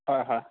হয় হয়